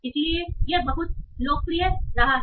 इसलिए यह बहुत लोकप्रिय रहा है